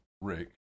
Rick